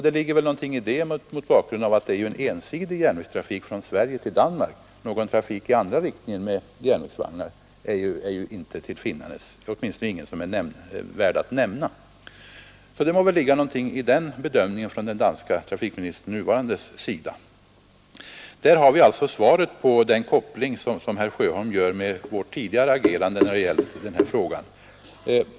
Det ligger väl någonting i den bedömningen av den nuvarande danska trafikministern mot bakgrund av att det är en ensidig järnvägstrafik från Sverige till Danmark; någon nämnvärd tågtrafik i andra riktningen förekommer inte. Detta är förklaringen till vårt tidigare agerande i denna fråga.